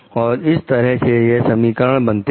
और इस तरह से यह समीकरण बनते हैं